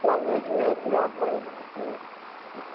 तव्हां मुंहिंजा रेग्यूलर ग्राहक आहियो न पहिरियां